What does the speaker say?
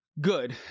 Good